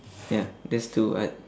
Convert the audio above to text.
ya there's two [what]